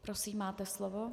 Prosím, máte slovo.